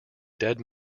dead